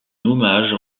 hommage